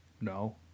No